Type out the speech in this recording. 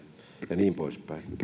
ja niin pois päin